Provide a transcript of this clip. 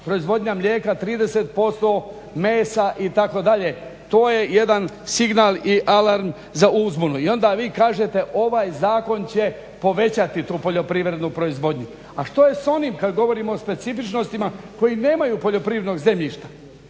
proizvodnja mlijeka 30%, mesa itd., to je jedan signal i alarm za uzbunu. I onda vi kažete ovaj zakon će povećati tu poljoprivrednu proizvodnju, a što je s onim kad govorimo o specifičnostima koji nemaju poljoprivrednog zemljišta